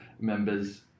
members